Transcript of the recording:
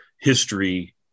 history